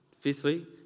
Fifthly